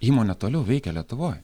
įmonė toliau veikia lietuvoj